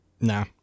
Nah